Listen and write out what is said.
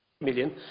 million